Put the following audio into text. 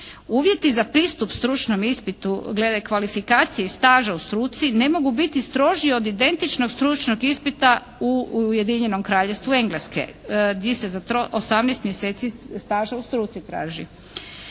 Uvjeti za pristup stručnom ispitu glede kvalifikacije i staža u struci ne mogu biti stroži od identičnog stručnog ispita u Ujedinjenom kraljevstvu Engleske gdje se osamnaest mjeseci staža u struci traži.